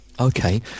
Okay